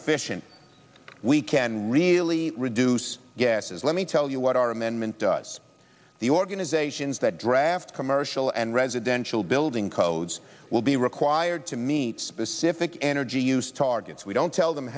efficient we can really reduce gases let me tell you what our amendment does the organizations that draft commercial and residential building codes will be required to meet specific energy use targets we don't tell them